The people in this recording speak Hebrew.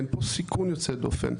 אין פה סיכון יוצא דופן,